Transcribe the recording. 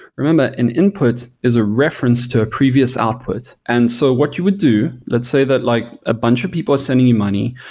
remember, an input is a reference to a previous output and so what you would do, let's say that like a bunch of people is sending you money,